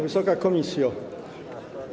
Wysoka Komisjo!